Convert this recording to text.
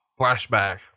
flashback